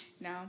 no